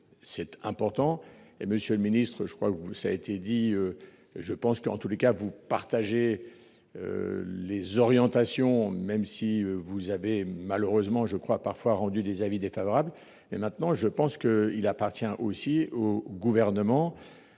cet important et Monsieur le Ministre, je crois que vous, ça a été dit. Je pense qu'en tous les cas vous partagez. Les orientations même si vous avez, malheureusement je crois parfois rendu des avis défavorables et maintenant je pense que il appartient aussi au gouvernement.